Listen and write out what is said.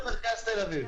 אני גר במרכז תל-אביב.